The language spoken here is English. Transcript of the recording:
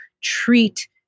treat